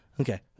Okay